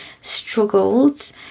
struggled